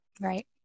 right